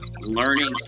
learning